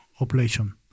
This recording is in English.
operation